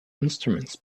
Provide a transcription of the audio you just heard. instruments